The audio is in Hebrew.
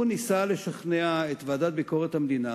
הוא ניסה לשכנע את הוועדה לביקורת המדינה